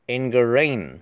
Ingrain